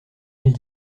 mille